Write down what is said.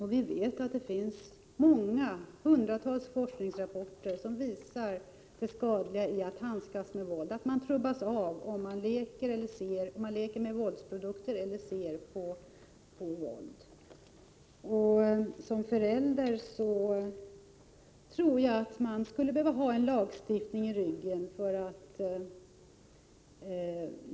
Hundratals forskningsrapporter visar det skadliga i att handskas med våld. — Prot. 1987/88:124 Man trubbas av om man leker med våldsprodukter eller ser på våld. Såsom 20 maj 1988 förälder tror jag att man skulle behöva ha en lagstiftning i ryggen.